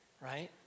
right